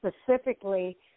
specifically